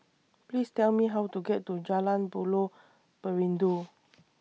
Please Tell Me How to get to Jalan Buloh Perindu